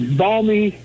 balmy